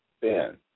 Ben